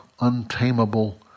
untamable